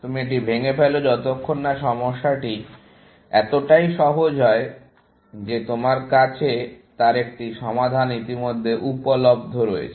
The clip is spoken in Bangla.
তুমি এটি ভেঙে ফেলো যতক্ষণ না সমস্যাটি এতটাই সহজ হয় যে তোমার কাছে তার একটি সমাধান ইতিমধ্যে উপলব্ধ রয়েছে